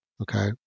okay